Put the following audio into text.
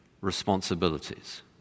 responsibilities